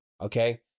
okay